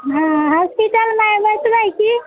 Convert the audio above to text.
hospital मे आइ बैसबै की